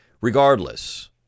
regardless